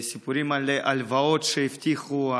סיפורים על הלוואות שהבטיחו,